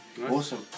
Awesome